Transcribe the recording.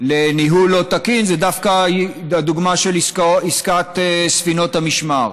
לניהול לא תקין זה דווקא הדוגמה של עסקת ספינות המשמר.